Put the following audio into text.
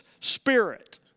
spirit